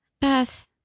Beth